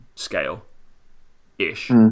scale-ish